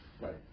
right